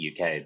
uk